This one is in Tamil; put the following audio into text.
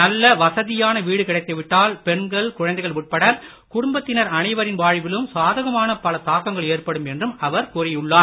நல்ல வசதியான வீடு கிடைத்துவிட்டால் பெண்கள் குழந்தைகள் உட்பட குடும்பத்தினர் அனைவரின் வாழ்விலும் சாதகமான பல தாக்கங்கள் ஏற்படும் என்றும் அவர் கூறியுள்ளார்